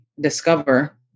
discover